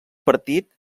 partit